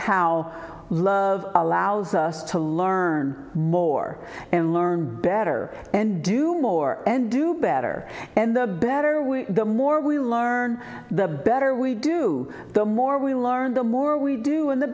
how love allows us to learn more and learn better and do more and do better and the better the more we learn the better we do the more we learn the more we do in the